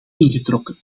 ingetrokken